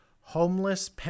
homeless